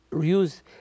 use